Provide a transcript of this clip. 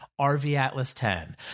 RVAtlas10